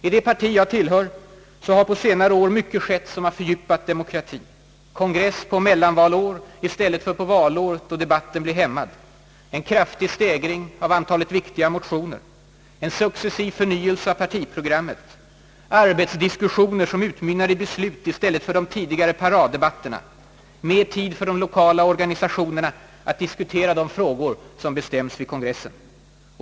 I det parti jag tillhör har på senare år mycket skett som fördjupat. demokratien: kongress på mellanvalår i stället för på valår då debatten blir hämmad, en kraftig stegring av antalet viktiga motioner, en successiv förnyelse av partiprogrammet, arbetsdiskussioner som utmynnar i beslut i stället för de tidigare paraddebatterna, mer tid för de lokala organisationerna att diskutera de frågor som skall beslutas vid kongressen.